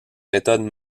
méthodes